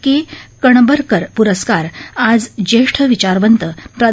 के कणबरकर पुरस्कार आज ज्येष्ठ विचारवत्त प्रा